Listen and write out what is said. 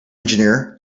engineer